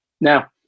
Now